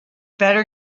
better